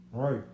Right